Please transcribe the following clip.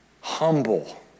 humble